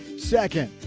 second,